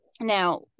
now